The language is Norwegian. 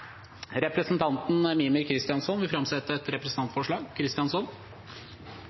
Representanten Mímir Kristjánsson vil framsette et representantforslag.